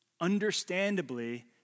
Understandably